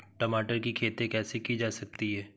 टमाटर की खेती कैसे की जा सकती है?